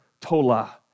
Tola